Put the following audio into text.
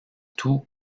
tout